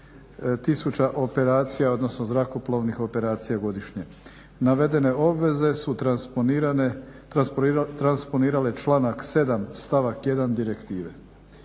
50 000 operacija odnosno zrakoplovnih operacija godišnje. Navedene obveze su transponirale članak 7. stavak 1. Direktive.